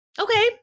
Okay